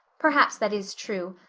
perhaps that is true.